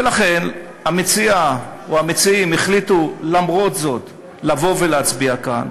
המציע או המציעים החליטו למרות זאת לבוא ולהצביע כאן,